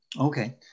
Okay